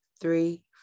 three